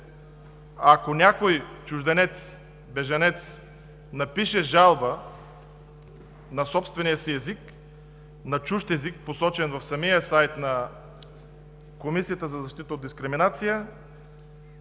че ако някой чужденец, бежанец напише жалба на собствения си език, на чужд език, посочен в самия сайт на Комисията за защита от дискриминация,